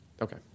Okay